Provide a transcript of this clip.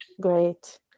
great